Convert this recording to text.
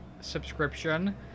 subscription